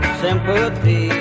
sympathy